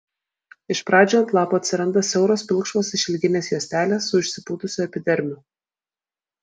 iš pradžių ant lapų atsiranda siauros pilkšvos išilginės juostelės su išsipūtusiu epidermiu